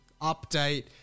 update